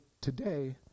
today